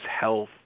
health